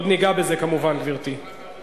עוד ניגע בזה, כמובן, גברתי.